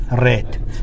red